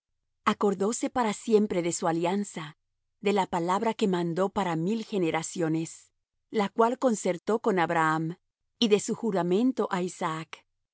acordóse para siempre de su alianza de la palabra que mandó para mil generaciones la cual concertó con abraham y de su juramento á isaac